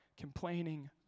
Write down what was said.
complaining